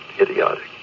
idiotic